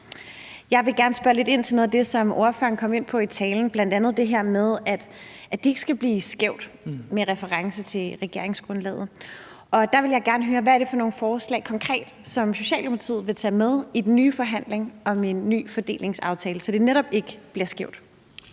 Jeg vil gerne spørge lidt ind til noget af det, som ordføreren med reference til regeringsgrundlaget kom ind på i talen, nemlig det her med, at det ikke skal blive skævt, og der vil jeg gerne høre, hvad det er for nogle forslag konkret, som Socialdemokratiet vil tage med i den nye forhandling om en ny fordelingsaftale, så det netop ikke bliver skævt.